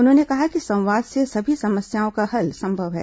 उन्होंने कहा कि संवाद से सभी समस्याओं का हल संभव है